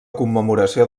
commemoració